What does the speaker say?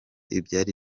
ibyari